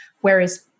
whereas